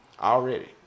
Already